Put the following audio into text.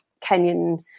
Kenyan